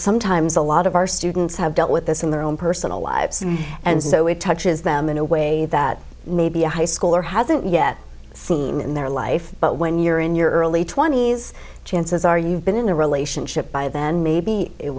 sometimes a lot of our students have dealt with this in their own personal lives and so it touches them in a way that maybe a high school or hasn't yet seen in their life but when you're in your early twenty's chances are you've been in a relationship by then maybe it